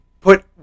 put